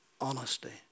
Honesty